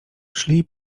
szli